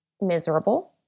Miserable